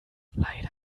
leider